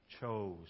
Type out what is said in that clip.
chose